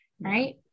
Right